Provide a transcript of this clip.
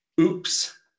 oops